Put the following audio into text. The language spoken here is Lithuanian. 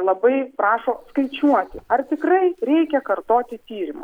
labai prašo skaičiuoti ar tikrai reikia kartoti tyrimą